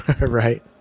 Right